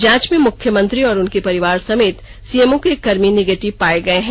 जांच में मुख्यमंत्री और उनके परिवार समेत सीएमओ के कर्मी निगेटिव पाये गये हैं